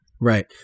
right